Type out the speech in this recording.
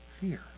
fear